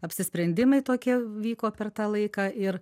apsisprendimai tokie vyko per tą laiką ir